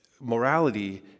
morality